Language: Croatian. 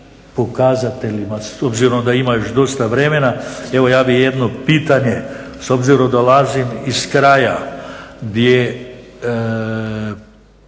pokazateljima. Obzirom da ima još dosta vremena, evo ja bih jedno pitanje. S obzirom da dolazim iz kraja gdje